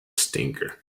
stinker